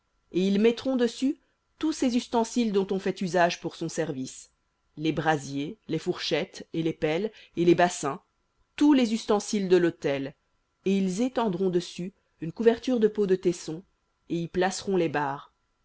et ils mettront dessus tous ses ustensiles dont on fait usage pour son service les brasiers les fourchettes et les pelles et les bassins tous les ustensiles de l'autel et ils étendront dessus une couverture de peaux de taissons et y placeront les barres